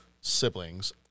siblings